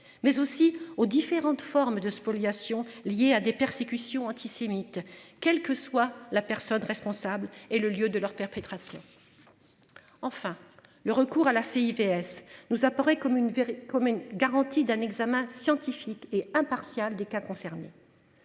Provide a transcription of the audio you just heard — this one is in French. mais aussi aux différentes formes de spoliation liées à des persécutions antisémites, quelle que soit la personne responsable et le lieu de leur perpétration. Enfin, le recours à la fille PS nous apparaît comme une comme une garantie d'un examen scientifique et impartiale des cas. Son